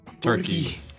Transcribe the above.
Turkey